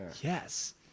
Yes